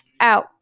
out